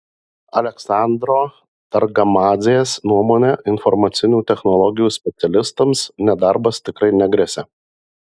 aleksandro targamadzės nuomone informacinių technologijų specialistams nedarbas tikrai negresia